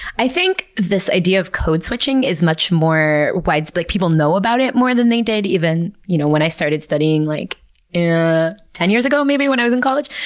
i think this idea of code switching is much more widespread. people know about it more than they did even you know when i started studying, like yeah ten years ago maybe, when i was in college,